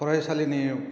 फरायसालिनि